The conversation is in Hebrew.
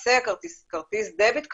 למעשה כרטיס דביט כזה,